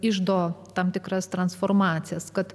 iždo tam tikras transformacijas kad